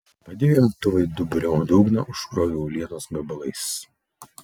padėjo imtuvą į duburio dugną užkrovė uolienos gabalais